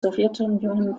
sowjetunion